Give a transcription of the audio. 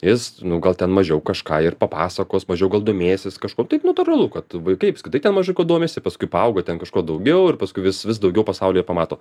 jis nu gal ten mažiau kažką ir papasakos mažiau gal domėsis kažko tai natūralu kad vaikai apskritai ten mažai kuo domisi paskui paauga ten kažko daugiau ir paskui vis vis daugiau pasaulyje pamato